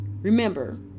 Remember